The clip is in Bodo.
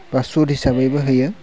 बा सुद हिसाबैबो होयो